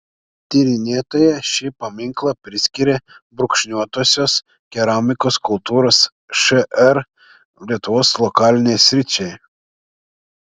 tyrinėtoja šį paminklą priskiria brūkšniuotosios keramikos kultūros šr lietuvos lokalinei sričiai